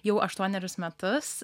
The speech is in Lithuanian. jau aštuonerius metus